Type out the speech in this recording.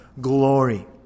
glory